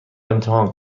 امتحان